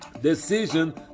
decision